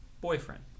boyfriend